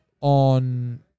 on